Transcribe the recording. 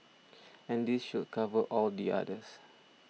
and this should cover all the others